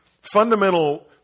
Fundamental